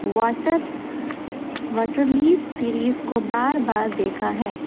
water واٹرلیز series کو بار بار دیکھا ہے